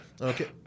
okay